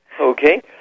Okay